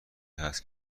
هست